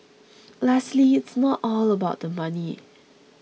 lastly it's not all about the money